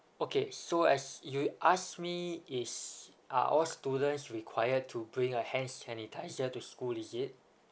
okay so as you ask me is are all students require to bring a hand sanitiser to school is it